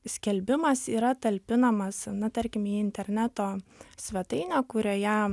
skelbimas yra talpinamas na tarkim į interneto svetainę kurioje